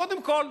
קודם כול,